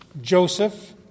Joseph